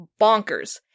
bonkers